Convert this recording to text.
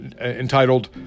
entitled